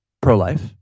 pro-life